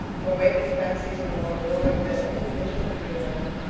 her waking fancies were more alluring than any vision of dreamland.